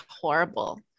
horrible